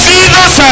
Jesus